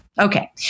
Okay